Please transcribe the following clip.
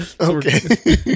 Okay